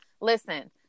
Listen